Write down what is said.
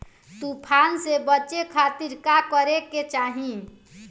तूफान से बचे खातिर का करे के चाहीं?